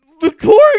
victoria